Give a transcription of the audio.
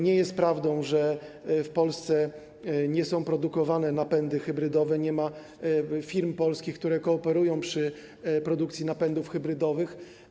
Nie jest prawdą, że w Polsce nie są produkowane napędy hybrydowe, że nie ma firm polskich, które kooperują przy produkcji napędów hybrydowych.